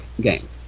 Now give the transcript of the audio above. game